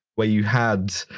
where you had,